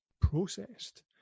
processed